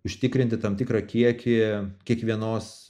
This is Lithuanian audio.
užtikrinti tam tikrą kiekį kiekvienos